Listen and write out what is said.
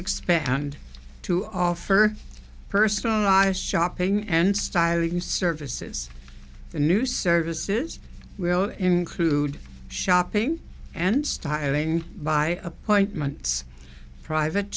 expand to offer personalized shopping and styling services the new services will include shopping and styling by appointments private